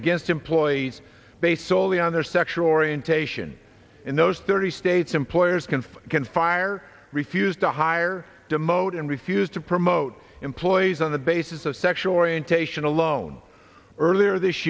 against employees based solely on their sexual orientation in those thirty states employers can can fire refuse to hire demote and refuse to promote employees on the basis of sexual orientation alone earlier this